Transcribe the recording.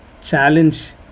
challenge